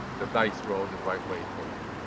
the dice rolled the right way for you.